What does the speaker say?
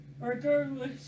Regardless